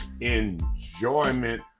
enjoyment